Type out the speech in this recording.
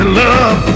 love